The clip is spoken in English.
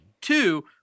Two